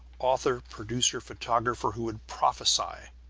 author-producer-photographer, who would prophesy,